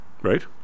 right